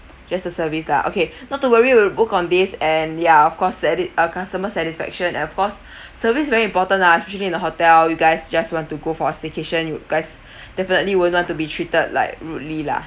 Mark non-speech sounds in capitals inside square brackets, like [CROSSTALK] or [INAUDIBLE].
just the service lah okay not to worry we will book on this and ya of course edit our customer satisfaction of course service is very important lah especially in the hotel you guys just want to go for a staycation you guys [BREATH] definitely wouldn't want to be treated like rudely lah